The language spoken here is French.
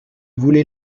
voulait